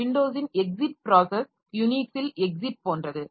விண்டோஸின் exit process யூனிக்ஸில் exit போன்றது